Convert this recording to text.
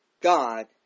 God